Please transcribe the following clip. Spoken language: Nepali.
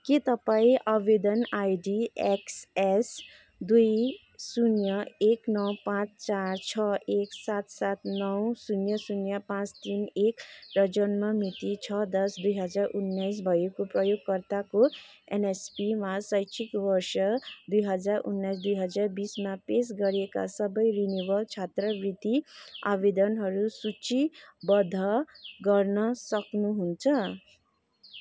के तपाईँ आवेदन एक्सएस दुई शून्य एक नौ पाँच चार छ एक सात सात नौ शून्य शून्य पाँच तिन एक र जन्म मिति छ दस दुई हजार उन्नाइस भएको प्रयोग गर्दाको एनएसपीमा शैक्षिक वर्ष दुई हजार उन्नाइस दुई हजार बिसमा पेश गरी सबै रिनेवल छात्र वृति आवेदनहरू सूचीवद्ध गर्न सक्नु हुन्छ